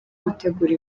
gutegura